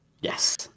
yes